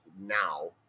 now